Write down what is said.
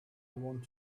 want